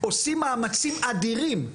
עושים מאמצים אדירים,